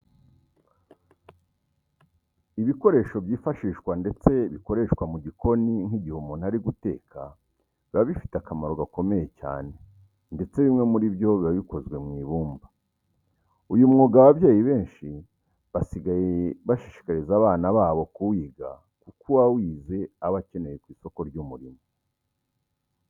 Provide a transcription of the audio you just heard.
Ibikoresho byifashishwa ndetse bikoreshwa mu gikoni nk'igihe umuntu ari guteka biba bifite akamaro gakomeye cyane ndetse bimwe muri byo biba bikozwe mu ibumba. Uyu mwuga ababyeyi benshi basigaye bashishikariza abana babo kuwiga kuko uwawize aba akenewe ku isoko ry'umurimo.